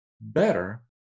better